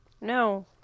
No